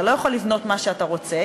אתה לא יכול לבנות מה שאתה רוצה,